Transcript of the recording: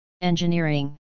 Engineering